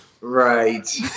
Right